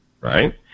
right